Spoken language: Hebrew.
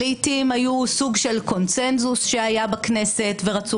לעתים היו סוג של קונצנזוס שהיה בכנסת ורצו